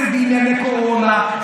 אפס בענייני קורונה,